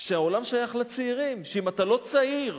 שהעולם שייך לצעירים, שאם אתה לא צעיר,